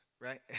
right